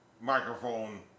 microphone